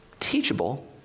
teachable